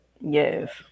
Yes